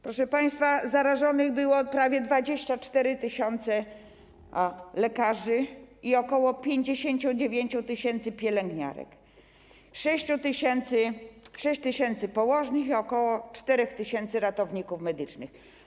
Proszę państwa, zarażonych było prawie 24 tys. lekarzy i ok. 59 tys. pielęgniarek, 6 tys. położnych i ok. 4 tys. ratowników medycznych.